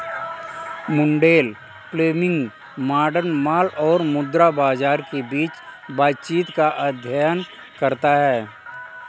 Mundell Fleming model माल और मुद्रा बाजार के बीच बातचीत का अध्ययन करता है